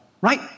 Right